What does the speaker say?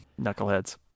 Knuckleheads